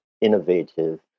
innovative